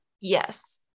Yes